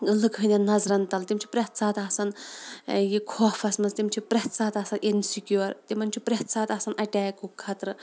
لٕکہٕ ہٕنٛدٮ۪ن نظرَن تَل تِم چھِ پرٛٮ۪تھ ساتہٕ آسان یہِ خوفَس منٛز تِم چھِ پرٮ۪تھ ساتہٕ آسان اِنسِکیوٗر تِمَن چھُ پرٛٮ۪تھ ساتہٕ آسان اَٹیکُک خطرٕ